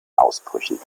ausbrüchen